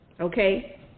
Okay